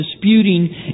disputing